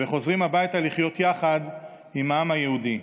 וחוזרים הביתה לחיות יחד עם העם היהודי.